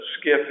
skiff